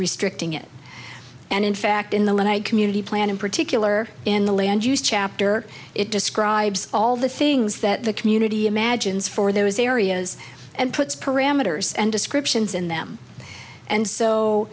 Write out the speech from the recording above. restricting it and in fact in the in a community plan in particular in the land use chapter it describes all the things that the community imagines for those areas and puts parameters and descriptions in them and so